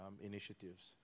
initiatives